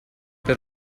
per